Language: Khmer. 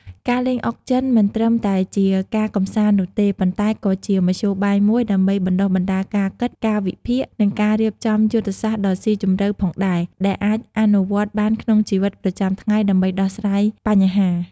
ការលេងអុកចិនមិនត្រឹមតែជាការកម្សាន្តនោះទេ ប៉ុន្តែក៏ជាមធ្យោបាយមួយដើម្បីបណ្ដុះបណ្ដាលការគិត ការវិភាគ និងការរៀបចំយុទ្ធសាស្ត្រដ៏ស៊ីជម្រៅផងដែរ ដែលអាចអនុវត្តបានក្នុងជីវិតប្រចាំថ្ងៃដើម្បីដោះស្រាយបញ្ហា។